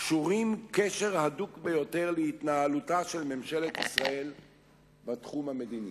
קשורים בקשר הדוק ביותר להתנהלותה של ממשלת ישראל בתחום המדיני.